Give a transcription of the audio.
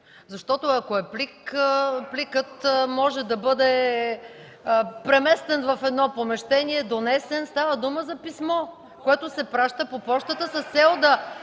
защото, ако е плик, пликът може да бъде преместен в едно помещение, донесен, а става дума за писмо, което се праща по пощата с цел да